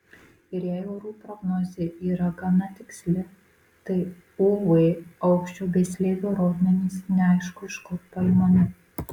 ir jei orų prognozė yra gana tiksli tai uv aukščio bei slėgio rodmenys neaišku iš kur paimami